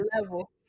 level